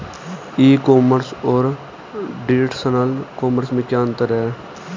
ई commerce और traditional commerce में क्या अंतर है?